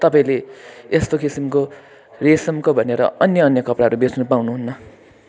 तपाईँले यस्तो किसिमको रेसमको भनेर अन्य अन्य कपडाहरू बेच्नु पाउनुहुन्न